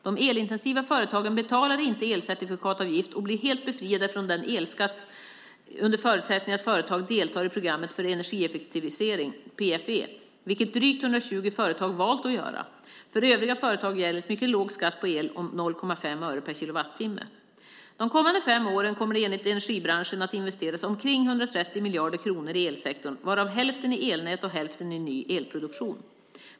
De elintensiva företagen betalar inte elcertifikatsavgift och blir helt befriade från elskatt under förutsättningen att företaget deltar i programmet för energieffektivisering , vilket drygt 120 företag valt att göra. För övriga företag gäller en mycket låg skatt på el om 0,5 öre per kilowattimme. De kommande fem åren kommer det enligt energibranschen att investeras omkring 130 miljarder kronor i elsektorn varav hälften i elnät och hälften i ny elproduktion.